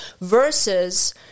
versus